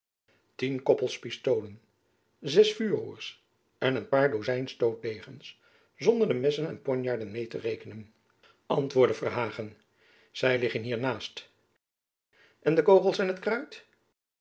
tien koppels pistolen zes vuurroers en een paar dozijn stootdegens zonder de messen en ponjaarden meê te rekenen antwoordde verhagen zy liggen hier naast en de kogels en t kruit